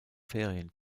ferien